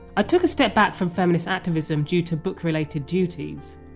i took a step back from feminist activism due to book related duties.